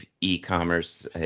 e-commerce